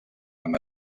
amb